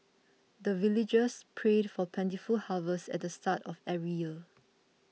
the villagers pray for plentiful harvest at the start of every year